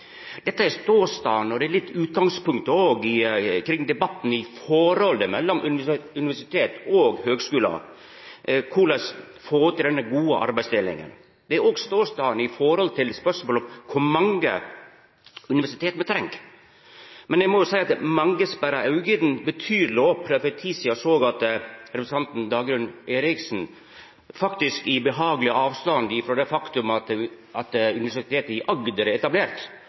Dette er ståstaden og litt utgangspunktet òg kring debatten i forholdet mellom universitet og høgskular om korleis få til denne gode arbeidsdelinga. Det er også ståstaden i forhold til spørsmålet om kor mange universitet me treng. Men eg må seia at mange sperra auga betydeleg opp då me for ei tid sidan såg at representanten Dagrun Eriksen, faktisk i behageleg avstand frå det faktum at Universitetet i Agder er etablert,